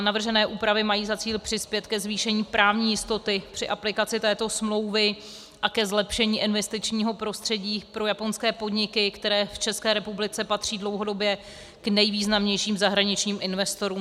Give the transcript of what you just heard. Navržené úpravy mají za cíl přispět ke zvýšení právní jistoty při aplikaci této smlouvy a ke zlepšení investičního prostředí pro japonské podniky, které v České republice patří dlouhodobě k nejvýznamnějším zahraničním investorům.